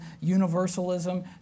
universalism